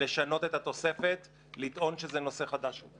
לשנות את התוספת לטעון שזה נושא חדש.